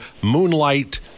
moonlight